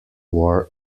war